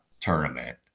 tournament